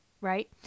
right